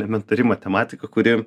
elementari matematika kuri